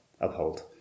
uphold